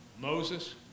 Moses